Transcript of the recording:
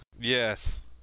Yes